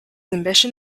ambition